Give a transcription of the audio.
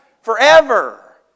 forever